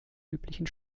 üblichen